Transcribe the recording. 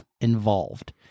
involved